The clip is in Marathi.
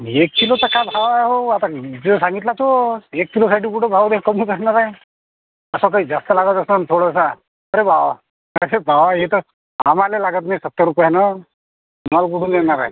एक किलोचा काय भाव आहे हो आता जो सांगितला तो एक किलोसाठी कुठे भाव रेट कमी करणार आहे असं काही जास्त लागत असंल थोडंसं अरे भावा कसं भावा हे तर आम्हाला लागत नाही सत्तर रुपयानं तुम्हाला कुठून देणार आहे